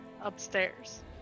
upstairs